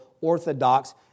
orthodox